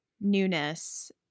newness